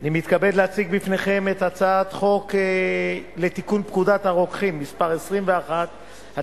אני מתכבד להציג בפניכם את הצעת חוק לתיקון פקודת הרוקחים (מס' 21),